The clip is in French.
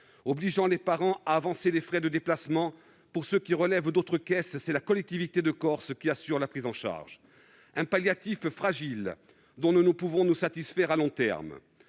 obligeant les parents à avancer les frais de déplacement. Pour ceux qui relèvent d'autres caisses, c'est la collectivité de Corse qui assure la prise en charge. Ce palliatif est fragile et nous ne pouvons nous en satisfaire à long terme.